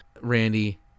Randy